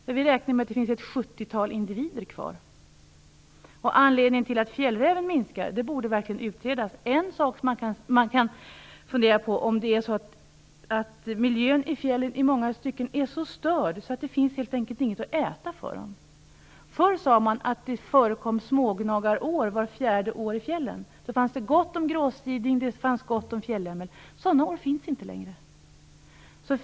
Man räknar med att det finns ett sjuttiotal individer kvar. Anledningen till att arten minskar borde verkligen utredas. Man kan fundera på om det beror på att miljön i fjällen i långa stycken är så störd att det helt enkelt inte finns något att äta för fjällräven. Förr sade man att det var smågnagarår i fjällen vart fjärde år. Då fanns det gott om gråsiding och fjällämmel. Sådana år finns inte längre.